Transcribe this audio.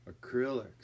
Acrylics